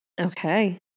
Okay